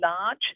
large